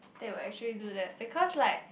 they will actually do that because like